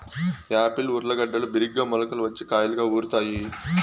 Apple ఊర్లగడ్డలు బిరిగ్గా మొలకలు వచ్చి కాయలుగా ఊరుతాయి